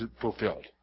fulfilled